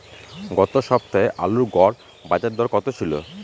গত সপ্তাহে আলুর গড় বাজারদর কত ছিল?